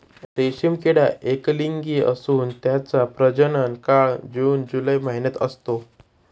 रेशीम किडा एकलिंगी असून त्याचा प्रजनन काळ जून जुलै महिन्यात असतो